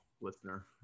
listener